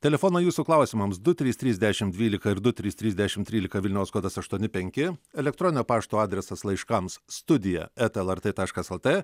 telefonai jūsų klausimams du trys trys dešimt dvylika ir du trys trys dešimt trylika vilniaus kodas aštuoni penki elektroninio pašto adresas laiškams studija eta lrt taškas lt